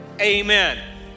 Amen